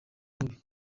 mubi